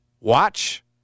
watch